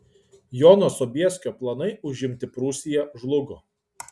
jono sobieskio planai užimti prūsiją žlugo